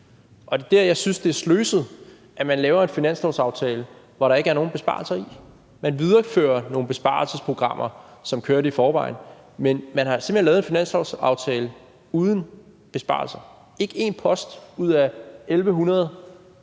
Det er der, jeg synes at det er sløset, at man laver en finanslovsaftale, hvor der ikke er nogen besparelser; man viderefører nogle besparelsesprogrammer, som kørte i forvejen, men man har simpelt hen lavet en finanslovsaftale uden besparelser. Ikke en post ud af de